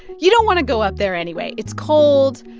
you don't want to go up there anyway. it's cold.